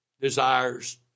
desires